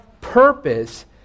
purpose